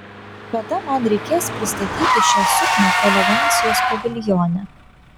kada man reikės pristatyti šią suknią elegancijos paviljone